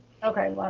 okay, let